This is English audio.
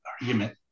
argument